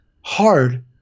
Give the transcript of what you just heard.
hard